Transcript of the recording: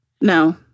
no